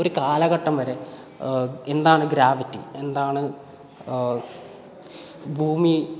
ഒരു കാലഘട്ടം വരെ എന്താണ് ഗ്രാവിറ്റി എന്താണ് ഭൂമി